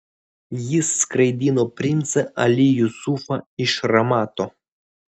jis skraidino princą ali jusufą iš ramato